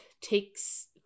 takes